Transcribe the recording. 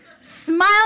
smiling